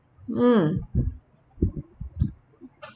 mm